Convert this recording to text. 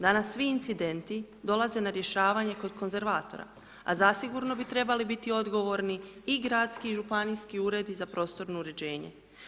Danas svi incidenti dolaze na rješavanje kod konzervatora a zasigurno bi trebali biti odgovorni i gradski i županijski ured za prostorno uređenje.